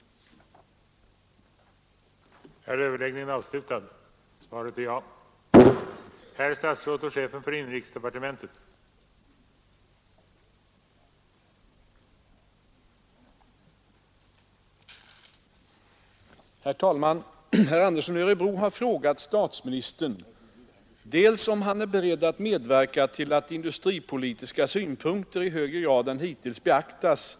tiska synpunkter vid lokaliseringspolitiska insatser